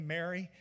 Mary